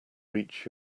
reach